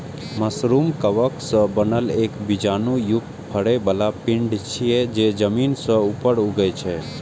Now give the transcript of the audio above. mushroom कवक सं बनल एक बीजाणु युक्त फरै बला पिंड छियै, जे जमीन सं ऊपर उगै छै